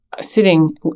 sitting